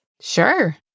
Sure